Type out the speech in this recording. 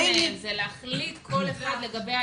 אני מציעה ככה --- בדיוק,